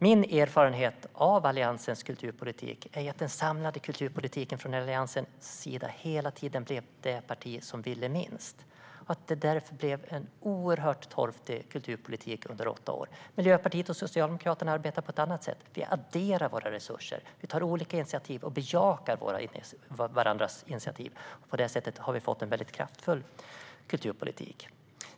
Min erfarenhet av Alliansens samlade kulturpolitik är att allianspartierna hela tiden var de partier som ville minst. Därför blev det en oerhört torftig kulturpolitik under åtta år. Miljöpartiet och Socialdemokraterna arbetar på ett annat sätt. Vi adderar våra resurser. Vi tar olika initiativ och bejakar varandras initiativ. På det sättet har vi fått en mycket kraftfull kulturpolitik.